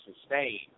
sustained